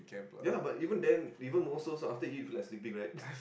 ya lah but even then even more so so after eat you feel like sleeping right